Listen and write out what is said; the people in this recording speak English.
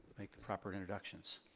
make the proper introductions.